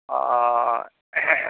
অঁ হে